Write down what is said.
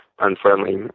unfriendly